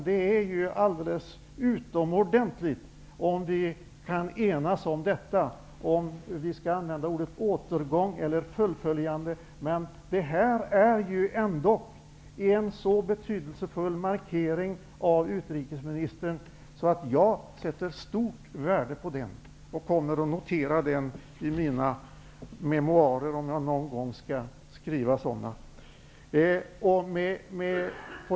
Det är alldeles utomordentligt om vi kan enas om detta, oavsett om vi skall använda ordet återgång eller fullföljande. Detta är ändock en betydelsefull markering av utrikesministern. Jag fäster stort värde vid den och kommer att notera det i mina memoarer om jag någon gång skall skriva sådana.